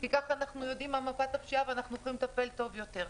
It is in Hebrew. כי כך אנחנו יודעים מה מפת הפשיעה ואנחנו יכולים לטפל טוב יותר.